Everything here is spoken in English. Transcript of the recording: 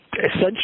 Essentially